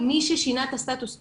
מי ששינה את הסטטוס קוו,